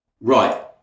Right